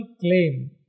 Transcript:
claim